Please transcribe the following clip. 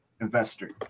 investor